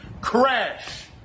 Crash